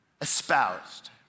espoused